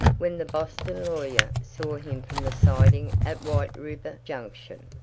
when the boston lawyer saw him from the siding at white river junction.